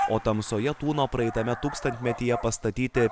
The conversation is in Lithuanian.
o tamsoje tūno praeitame tūkstantmetyje pastatyti